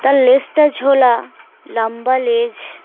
তার লেজটা ঝোলা লম্বা লেজ